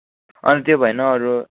अनि त्यो भएन अरू